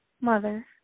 Mother